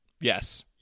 Yes